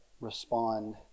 respond